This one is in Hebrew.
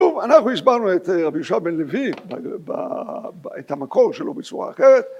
‫אנחנו הסברנו את רבי יושב בן-לוי, ‫את המקור שלו בצורה אחרת.